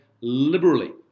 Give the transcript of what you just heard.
liberally